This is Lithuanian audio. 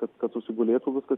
kad kad susigulėtų viskas